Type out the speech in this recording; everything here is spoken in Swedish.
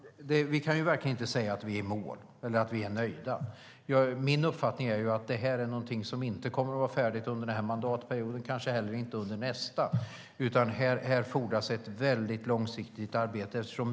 Vi kan dock verkligen inte säga att vi är i mål eller att vi är nöjda. Min uppfattning är att det här är någonting som inte kommer att vara färdigt under den här mandatperioden och kanske heller inte under nästa, utan här fordras ett väldigt långsiktigt arbete.